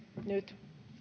nyt